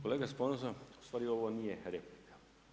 Kolega Sponza u stvari ovo nije replika.